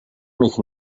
mich